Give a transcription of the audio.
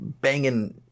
banging